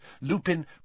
Lupin